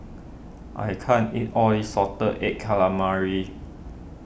I can't eat all of this Salted Egg Calamari